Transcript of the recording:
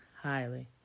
Highly